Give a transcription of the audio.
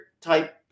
type